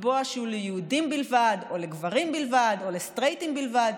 לקבוע שהוא ליהודים בלבד או לגברים בלבד או לסטרייטים בלבד,